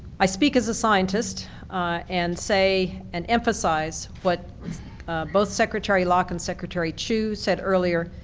i speak as a scientist and say, and emphasize what both secretary locke and secretary chu said earlier,